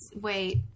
Wait